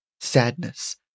sadness